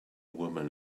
woman